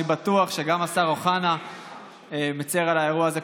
אני בטוח שגם השר אוחנה מצר על האירוע הזה.